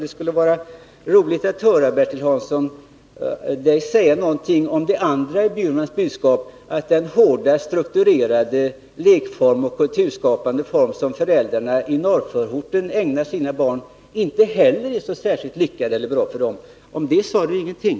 Det skulle vara intressant att höra Bertil Hansson säga någonting om det andra i Eva Lis Bjurmans budskap, nämligen detta att den hårda, strukturerade lekform och kulturskapande form som föräldrarna i norrförorten erbjuder sina barn inte heller den är så särskilt bra. Om detta sade ni ingenting.